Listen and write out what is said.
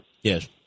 Yes